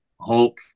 Hulk